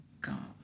God